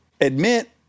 admit